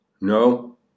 No